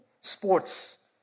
Sports